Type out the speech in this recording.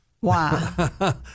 Wow